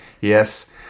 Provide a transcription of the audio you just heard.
Yes